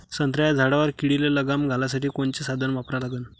संत्र्याच्या झाडावर किडीले लगाम घालासाठी कोनचे साधनं वापरा लागन?